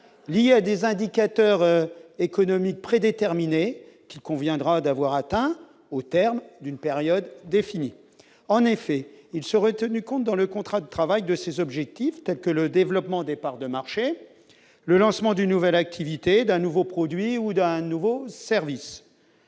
liés à des indicateurs économiques prédéterminé, qu'il conviendra d'avoir atteint au terme d'une période définie, en effet, il serait tenu compte dans le contrat de travail de ses objectifs, tels que le développement des parts de marché, le lancement d'une nouvelle activité, d'un nouveau produit ou d'un nouveau service